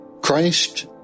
Christ